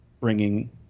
bringing